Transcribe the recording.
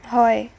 হয়